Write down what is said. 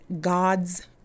God's